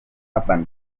urban